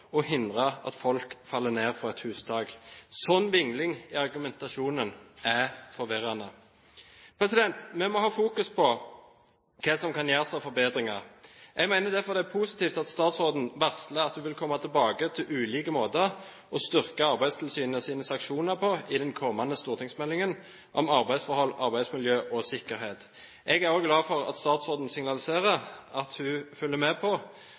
å hindre at folk faller ned fra et hustak. En slik vingling i argumentasjonen er forvirrende. Vi må fokusere på hva som kan gjøres av forbedringer. Jeg mener derfor det er positivt at statsråden varsler at hun vil komme tilbake med ulike måter å styrke Arbeidstilsynets sanksjoner på i den kommende stortingsmeldingen om arbeidsforhold, arbeidsmiljø og sikkerhet. Jeg er også glad for at statsråden signaliserer at hun følger med på